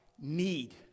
need